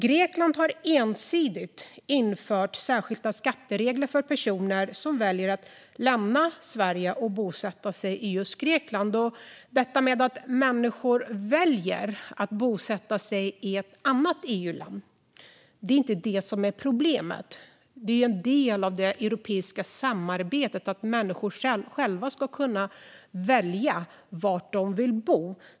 Grekland har ensidigt infört särskilda skatteregler för personer som väljer att lämna Sverige och bosätta sig i just Grekland. Detta att människor väljer att bosätta sig i ett annat EU-land är inte problemet. Det är en del av det europeiska samarbetet att människor själva ska kunna välja var de vill bo.